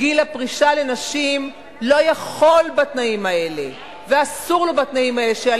גיל הפרישה לנשים לא יכול בתנאים האלה ואסור לו בתנאים האלה שיעלה